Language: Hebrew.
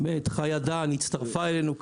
חיה דהאן הצטרפה אלינו,